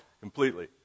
completely